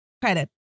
credit